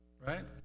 Right